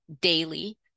daily